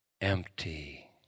empty